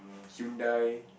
um Hyundai